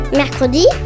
Mercredi